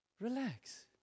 Relax